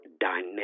dynamic